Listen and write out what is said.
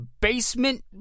basement